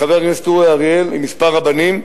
חבר הכנסת אורי אריאל עם כמה רבנים,